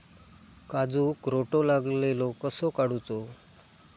काजूक रोटो लागलेलो कसो काडूचो?